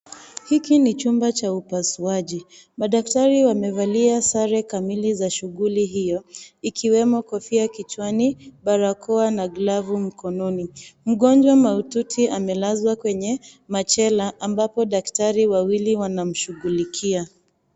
Hiki ni chumba cha upasuaji. Madaktari wamevalia sare kamili za shughuli hiyo, ikiwemo kofia kichwani ,barakoa na glovu mkononi. Mgonjwa mahututi amelazwa kwenye machela ambapo daktari wawili wanamshughulikia.